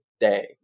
day